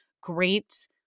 great